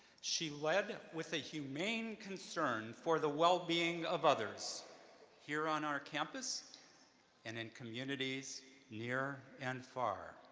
she led with a humane concern for the wellbeing of others here on our campus and in communities near and far.